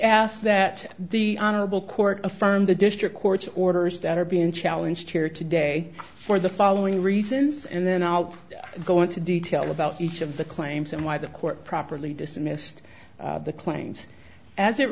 ask that the honorable court affirmed the district court's orders that are being challenge here today for the following reasons and then i'll go into detail about each of the claims and why the court properly dismissed the claims as it